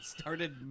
started